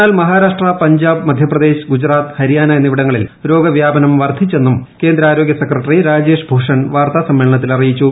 എന്നാൽ മഹാരാഷ്ട്ര പഞ്ചാബ് മധ്യപ്രദേശ് ഗുജറാത്ത് ഹരിയാന എന്നിവിടങ്ങളിൽ രോഗ വ്യാപനം വർദ്ധിച്ചെന്നും കേന്ദ്ര ആരോഗ്യ സെക്രട്ടറി രാജേഷ് ഭൂഷൺ വാർത്താ സ്ടുമ്മേളനത്തിൽ അറിയിച്ചു